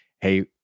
hey